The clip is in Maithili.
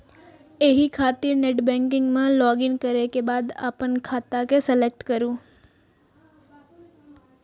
एहि खातिर नेटबैंकिग मे लॉगइन करै के बाद अपन खाता के सेलेक्ट करू